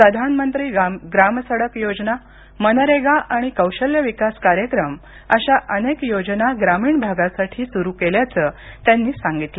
प्रधानमंत्री ग्रामसडक योजना मनरेगा आणि कौशल्य विकास कार्यक्रम अशा अनेक योजना ग्रामीण भागासाठी सुरू केल्याचं त्यांनी सांगितलं